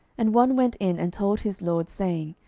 and one went in, and told his lord, saying,